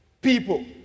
people